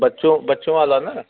बच्चों बच्चों वाला ना